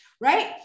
right